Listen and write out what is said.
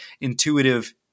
intuitive